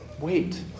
Wait